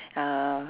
uh